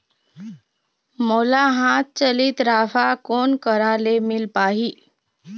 मोला हाथ चलित राफा कोन करा ले मिल पाही?